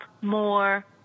more